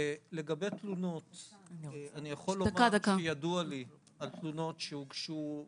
לגבי תלונות אני יכול לומר כי ידוע לי על תלונות שהוגשו,